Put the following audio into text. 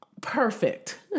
perfect